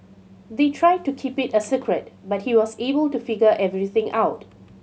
they tried to keep it a secret but he was able to figure everything out